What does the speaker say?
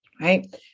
Right